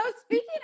Speaking